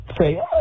say